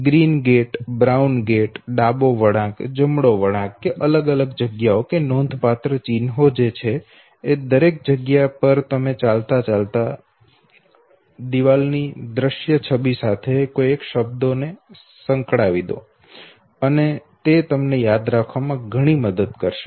green gate brown gate ડાબો વળાંક જમણો વળાંક જે પણ નોંધપાત્ર ચિહ્નો છે જે તમે જાણો છો તે તે માનસિક ચાલ પરના તે બધા નોંધપાત્ર ચિહ્નો હવે દિવાલ ની દ્રશ્ય છબી સાથે સંકળાયેલા છે અને તે તમને યાદ રાખવામાં ઘણી મદદ કરશે